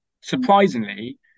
Surprisingly